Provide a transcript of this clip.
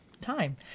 time